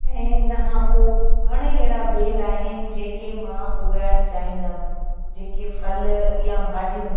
ऐं इन खां पोइ घणा ई अहिड़ा बेल आहिनि जेके मां उगाइणु चाहींदमि जेके फल या भाॼियूं